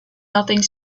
nothing